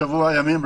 שבוע ימים.